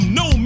no